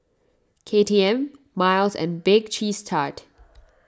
K T M Miles and Bake Cheese Tart